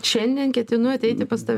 šiandien ketinu ateiti pas tave